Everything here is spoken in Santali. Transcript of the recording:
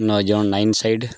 nine zone nine side